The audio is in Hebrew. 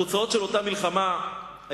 התוצאות של אותה מלחמה היו,